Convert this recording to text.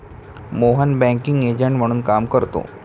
Mohan banking agent म्हणून काम करतो